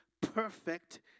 perfect